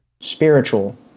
spiritual